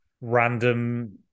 random